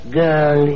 girl